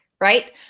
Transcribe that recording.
right